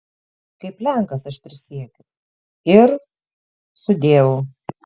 kaip lenkas aš prisiekiu ir sudieu